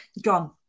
gone